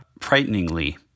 frighteningly